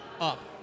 up